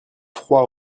froid